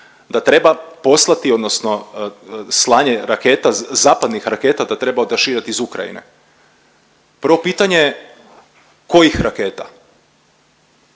da treba poslati, odnosno slanje raketa, zapadnih raketa da treba odašiljati iz Ukrajine. Prvo pitanje, kojih raketa?